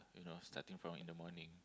you know starting from in the morning